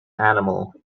animal